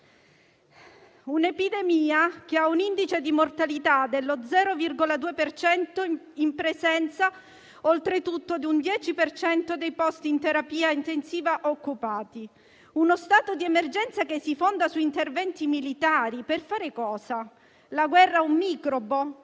Covid-19, che ha un indice di mortalità dello 0,2 per cento, in presenza oltretutto di un 10 per cento dei posti in terapia intensiva occupati. Lo stato d'emergenza si fonda su interventi militari, ma per fare cosa? La guerra a un microbo